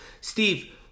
Steve